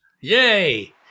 Yay